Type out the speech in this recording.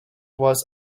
was